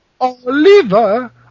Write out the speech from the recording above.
Oliver